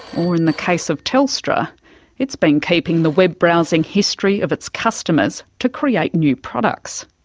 or in the case of telstra it's been keeping the web browsing history of its customers to create new products.